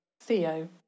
Theo